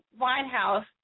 Winehouse